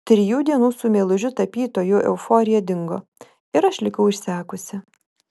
trijų dienų su meilužiu tapytoju euforija dingo ir aš likau išsekusi